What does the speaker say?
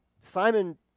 Simon